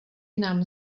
nám